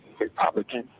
Republican